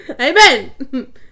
amen